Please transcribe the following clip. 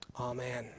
Amen